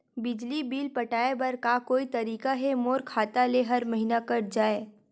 बिजली बिल पटाय बर का कोई तरीका हे मोर खाता ले हर महीना कट जाय?